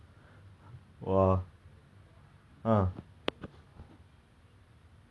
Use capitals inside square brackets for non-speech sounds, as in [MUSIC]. [LAUGHS] ya okay okay my second wish right would probably be to grow